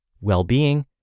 well-being